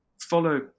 follow